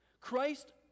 Christ